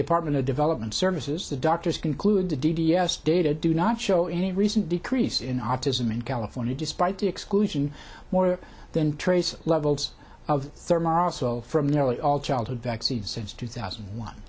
department of development services the doctors concluded d d s data do not show any recent decrease in autism in california despite the exclusion more than trace levels of therm are also from nearly all childhood vaccines since two thousand